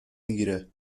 میگیره